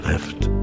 left